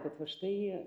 bet va štai